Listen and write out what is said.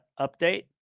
update